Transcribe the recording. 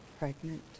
pregnant